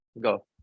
Go